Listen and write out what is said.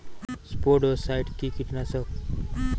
স্পোডোসাইট কি কীটনাশক?